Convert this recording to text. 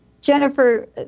Jennifer